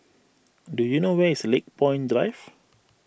do you know where is Lakepoint Drive